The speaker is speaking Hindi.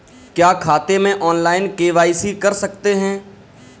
क्या खाते में ऑनलाइन के.वाई.सी कर सकते हैं?